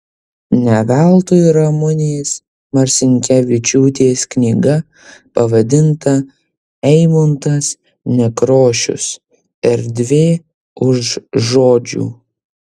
ne veltui ramunės marcinkevičiūtės knyga pavadinta eimuntas nekrošius erdvė už žodžių